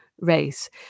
race